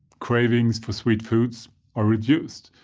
cravings for sweets foods are reduced,